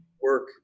work